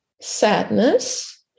sadness